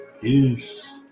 Peace